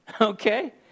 okay